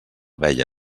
veia